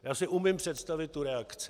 Já si umím představit tu reakci.